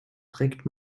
trägt